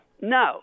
No